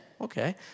Okay